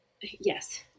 Yes